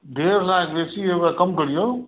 डेढ़ लाख बेसी यऽ ओकरा कम करियौ